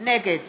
נגד